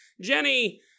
Jenny